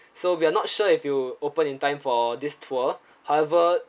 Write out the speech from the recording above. so we're not sure if it'll open in time for this tour however